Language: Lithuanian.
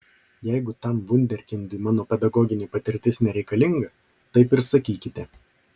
jeigu tam vunderkindui mano pedagoginė patirtis nereikalinga taip ir sakykite